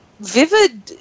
Vivid